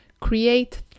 create